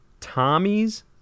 Tommy's